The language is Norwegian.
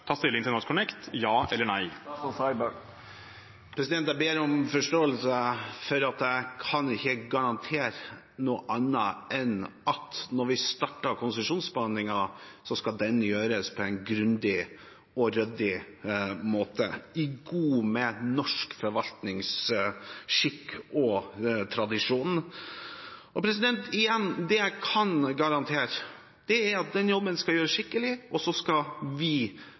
ta stilling til NorthConnect – ja eller nei? Jeg ber om forståelse for at jeg ikke kan garantere noe annet enn at når vi starter konsesjonsbehandlingen, skal den gjøres på en grundig og ryddig måte – i tråd med norsk forvaltningsskikk og -tradisjon. Det jeg kan garantere, er at den jobben skal gjøres skikkelig, og så skal vi,